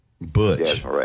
Butch